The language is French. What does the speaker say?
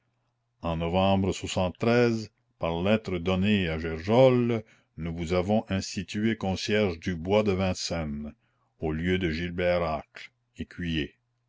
en novembre par lettres données à gergeole nous vous avons institué concierge du bois de vincennes au lieu de gilbert acle écuyer